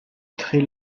très